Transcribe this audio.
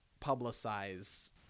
publicize